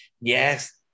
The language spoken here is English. yes